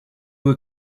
were